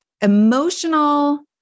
emotional